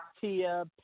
Tia